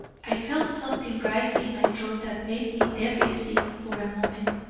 i felt something rise in my throat that made me deathly sick for a moment.